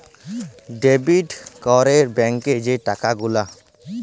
debit ক্যরে ব্যাংকে যে টাকা গুলা